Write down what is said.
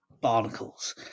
barnacles